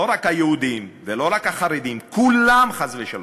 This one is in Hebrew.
לא רק היהודים, לא רק החרדים, כולם, חס ושלום.